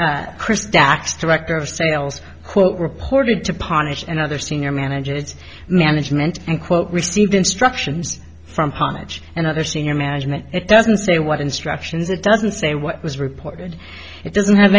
dacs director of sales quote reported to ponit and other senior managers management and quote received instructions from punch and other senior management it doesn't say what instructions it doesn't say what was reported it doesn't have